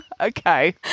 okay